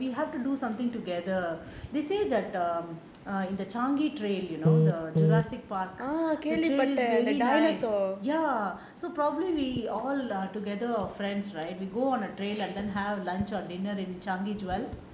we have to do something together they say that err in the changi trail you know the jurassic park the trail is very nice ya so probably we all together our friends right we go on a train like err have lunch or dinner in changi jewel